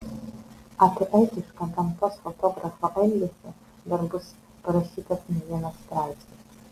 apie etišką gamtos fotografo elgesį dar bus parašytas ne vienas straipsnis